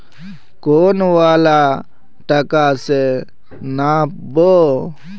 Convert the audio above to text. कौन वाला कटा से नाप बो?